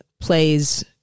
plays